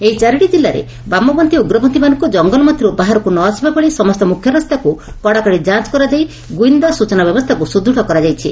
ଏହି ଚାରିଟି ଜିଲ୍ଲାରେ ବାମପନ୍ତୀ ଉଗ୍ରପନ୍ତୀମାନଙ୍ଙ୍ ଜଙ୍ଗଲ ମଧର୍ ବାହାରକୁ ନ ଆସିବା ଭଳି ସମସ୍ତ ମ୍ରଖ୍ୟ ରାସ୍ତାକୁ କଡ଼ାକଡ଼ି ଯାଞ୍ କରାଯାଇ ଗୁଇନ୍ଦା ସୂଚନା ବ୍ୟବସ୍ଚାକୁ ସୁଦୃତ୍ କରାଯାଇଛି